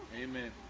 Amen